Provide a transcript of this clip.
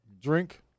Drink